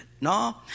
No